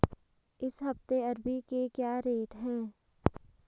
इस हफ्ते अरबी के क्या रेट हैं?